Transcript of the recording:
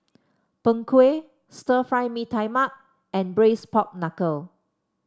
Png Kueh Stir Fry Mee Tai Mak and Braised Pork Knuckle